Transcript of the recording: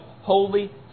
holy